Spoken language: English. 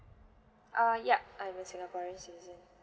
ah yeah I'm a singaporean citizen